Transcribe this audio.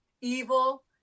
evil